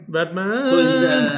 Batman